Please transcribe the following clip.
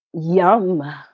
Yum